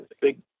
big